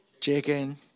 chicken